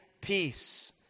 peace